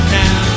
now